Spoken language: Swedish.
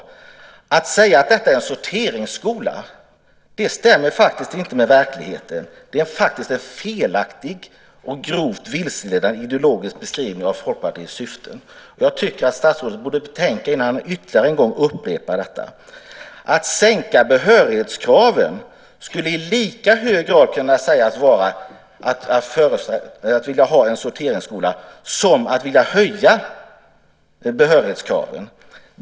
Men att säga att det är fråga om en sorteringsskola stämmer faktiskt inte med verkligheten, utan det är en felaktig och grovt vilseledande ideologisk beskrivning av Folkpartiets syften. Jag tycker att statsrådet borde betänka det innan han ytterligare en gång upprepar detta. Att sänka behörighetskraven skulle i lika hög grad kunna sägas vara att vilja ha en sorteringsskola som att vilja höja behörighetskraven.